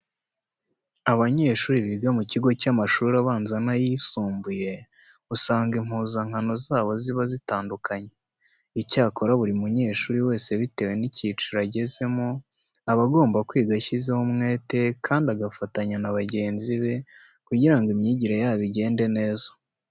Abanyeshuri biga mu kigo cy'amashuri abanza n'ayisumbuye usanga impuzankano zabo ziba zitandukanye. Icyakora buri munyeshuri wese bitewe n'icyiciro agezemo aba agomba kwiga ashyizeho umwete kandi agafatanya na bagenzi be kugira ngo imyigire yabo igende neza.